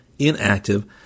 inactive